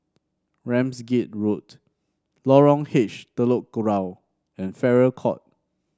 Ramsgate Road Lorong H Telok Kurau and Farrer Court